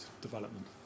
development